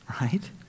right